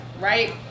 right